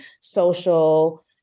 social